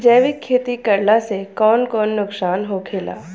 जैविक खेती करला से कौन कौन नुकसान होखेला?